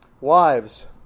Wives